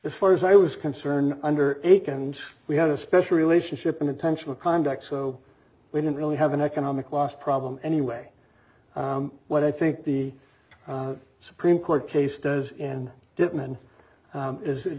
as far as i was concern under eight and we had a special relationship and intentional conduct so we didn't really have an economic loss problem anyway what i think the supreme court case does in